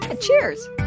Cheers